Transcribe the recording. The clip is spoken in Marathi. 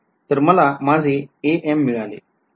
तर मला माझे am मिळाले